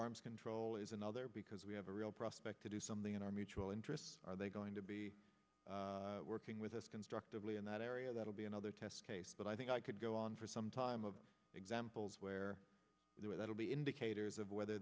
arms control is another because we have a real prospect to do something in our mutual interest are they going to be working with us constructively in that area that will be another test case but i think i could go on for some time of examples where there that will be indicators of whether